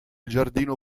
giardino